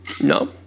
No